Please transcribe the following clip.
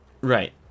Right